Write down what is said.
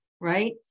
right